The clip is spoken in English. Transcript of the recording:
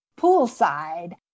Poolside